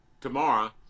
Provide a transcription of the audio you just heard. tomorrow